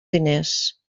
diners